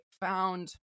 found